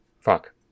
Fuck